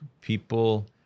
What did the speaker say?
people